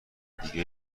دیگه